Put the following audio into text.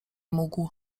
mógł